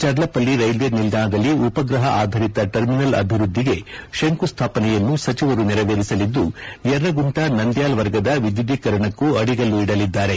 Charlapalli railway ನಿಲ್ದಾಣದಲ್ಲಿ ಉಪಗ್ರಪ ಆಧರಿತ ಟರ್ಮಿನಲ್ ಅಭಿವ್ಯಧಿಗೆ ಶಂಕು ಸ್ಥಾಪನೆಯನ್ನು ಸಚಿವರು ನೆರವೇರಿಸಲಿದ್ದು ಯರ್ಗುಂಟ ನಂದ್ಕಾಲ್ ವರ್ಗದ ವಿದ್ಯುದೀಕರಣಕ್ಕೂ ಅಡಿಗಲ್ಲು ಇಡಲಿದ್ದಾರೆ